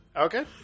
Okay